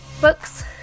Books